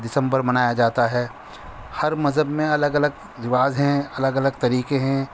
دسمبر منایا جاتا ہے ہر مذہب میں الگ الگ رواج ہیں الگ الگ طریقے ہیں